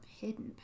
Hidden